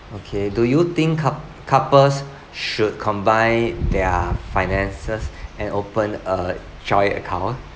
okay do you think cou~ couples should combine their finances and open a joint account